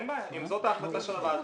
אין בעיה, אם זאת ההחלטה של הוועדה,